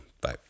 Bye